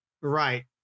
Right